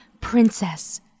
princess